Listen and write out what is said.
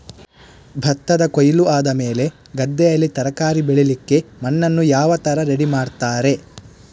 ಭತ್ತದ ಕೊಯ್ಲು ಆದಮೇಲೆ ಗದ್ದೆಯಲ್ಲಿ ತರಕಾರಿ ಬೆಳಿಲಿಕ್ಕೆ ಮಣ್ಣನ್ನು ಯಾವ ತರ ರೆಡಿ ಮಾಡ್ತಾರೆ?